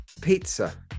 pizza